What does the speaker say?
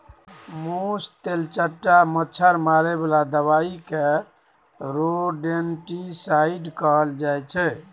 मुस, तेलचट्टा, मच्छर मारे बला दबाइ केँ रोडेन्टिसाइड कहल जाइ छै